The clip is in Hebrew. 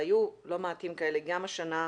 והיו לא מעטים כאלה גם השנה,